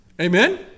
Amen